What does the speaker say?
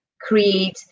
create